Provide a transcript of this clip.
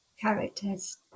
characters